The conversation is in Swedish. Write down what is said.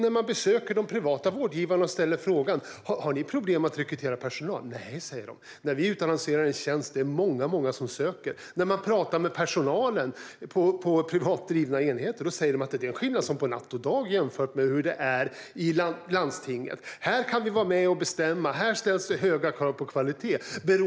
När man besöker de privata vårdgivarna och ställer frågan om de har problem att rekrytera personal säger de: Nej, när vi utannonserar en tjänst är det många som söker. När man talar med personalen på privatdrivna enheter säger de att skillnaden är som natt och dag jämfört med hur det är i landstinget. Här kan vi vara med och bestämma, och här ställs det höga krav på kvalitet, säger de.